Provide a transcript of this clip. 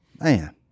Man